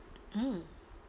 mm